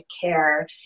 care